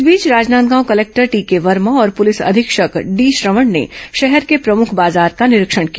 इस बीच Rajnandgaon collector TK Verma और पुलिस अधीक्षक डी श्रवण ने शहर के प्रमुख बाजार का निरीक्षण किया